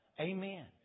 Amen